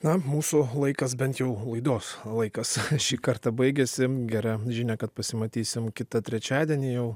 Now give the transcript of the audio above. na mūsų laikas bent jau laidos laikas šį kartą baigėsi gera žinia kad pasimatysim kitą trečiadienį jau